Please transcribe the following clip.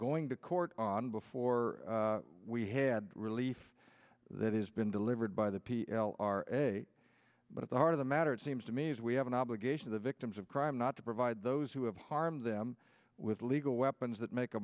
going to court on before we had relief that is been delivered by the p l r a but at the heart of the matter it seems to me is we have an obligation to victims of crime not to provide those who have harmed them with legal weapons that make a